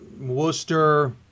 Worcester